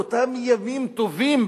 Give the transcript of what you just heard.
יחזור לאותם ימים טובים,